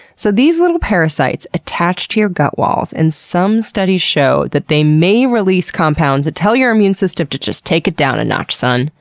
so, these little parasites attach to your gut walls and some studies show that they may release compounds that tell your immune system to just, take it down a notch, son.